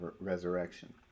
resurrection